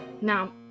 Now